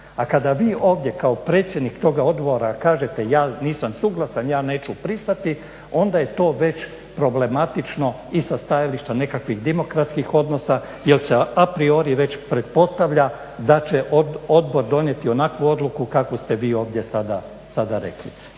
A kada vi ovdje kao predsjednik toga Odbora kažete ja nisam suglasan, ja neću pristati onda je to već problematično i sa stajališta nekakvih demokratskih odnosa jer se apriori već pretpostavlja da će Odbor donijeti onakvu odluku kakvu ste vi ovdje sada rekli.